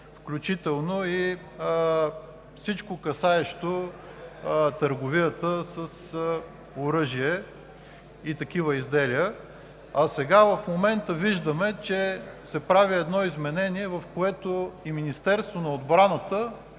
включително и всичко, касаещо търговията с оръжие и такива изделия. А сега в момента виждаме, че се прави едно изменение, с което и Министерството на отбраната